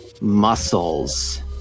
muscles